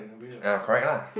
uh correct lah